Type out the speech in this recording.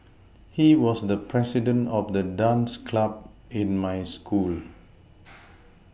he was the president of the dance club in my school